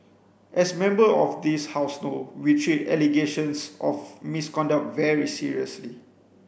as Member of this House know we treat allegations of misconduct very seriously